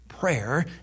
Prayer